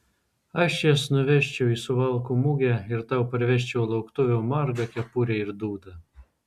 aš jas nuvežčiau į suvalkų mugę ir tau parvežčiau lauktuvių margą kepurę ir dūdą